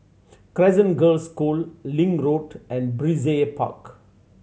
Crescent Girls' School Link Road and Brizay Park